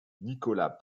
nicolas